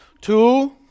Two